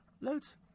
Loads